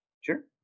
Sure